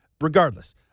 Regardless